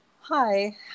hi